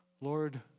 Lord